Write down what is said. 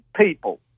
people